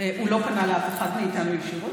הוא לא פנה לאף אחד מאיתנו ישירות,